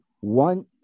one